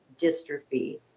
dystrophy